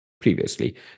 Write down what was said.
previously